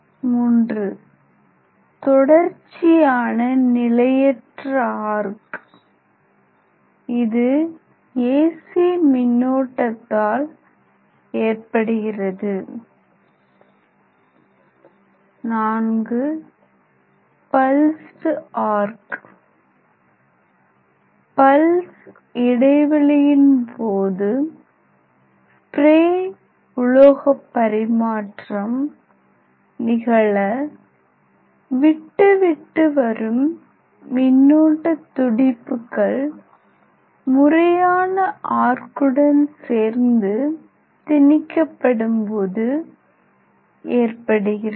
iii தொடர்ச்சியான நிலையற்ற arc இது AC மின்னோட்டத்தால் ஏற்படுகிறது iv பல்ஸ்டு ஆர்க் பல்ஸ் இடைவேளையின் போது ஸ்பிரே உலோக பரிமாற்றம் நிகழ விட்டுவிட்டு வரும் மின்னோட்ட துடிப்புகள் முறையான ஆர்க்குடன் சேர்ந்து திணிக்கப்படும்போது ஏற்படுகிறது